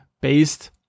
based